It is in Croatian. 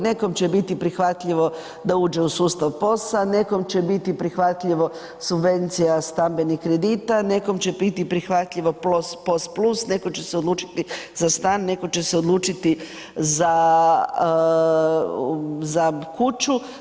Nekom će biti prihvatljivo da uđe u sustav POS-a, nekom će biti prihvatljivo subvencija stambenih kredita, nekom će biti prihvatljiv POS+, netko će se odlučiti za stan, netko će se odlučiti za kuću.